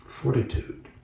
Fortitude